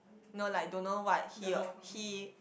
no like don't know what he or he